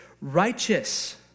righteous